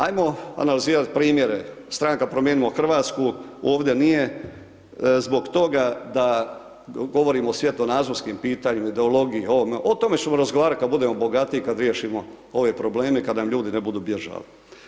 Ajmo analizirat primjere, Stranka promijenimo Hrvatsku ovdje nije zbog toga da govorimo o svjetonazorskom pitanju, ideologije, ovome, o tome ćemo razgovarat kad budemo bogatiji, kad riješimo ove probleme, kad nam ljudi ne budu bježali.